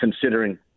considering